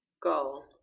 goal